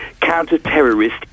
Counter-Terrorist